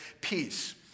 peace